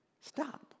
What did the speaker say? stop